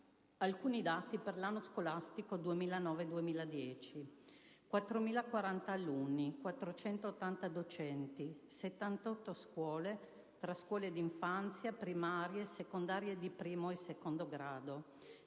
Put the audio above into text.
Alcuni dati per l'anno scolastico 2009-2010: 4.040 alunni, 480 docenti, 78 scuole tra scuole d'infanzia, primarie, secondarie di primo e secondo grado.